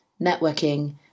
networking